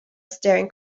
staring